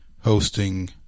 hosting